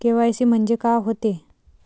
KYC म्हंनजे का होते?